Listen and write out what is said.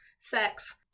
Sex